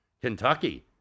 Kentucky